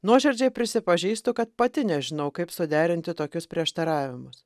nuoširdžiai prisipažįstu kad pati nežinau kaip suderinti tokius prieštaravimus